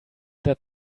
that